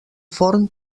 forn